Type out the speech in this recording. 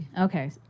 okay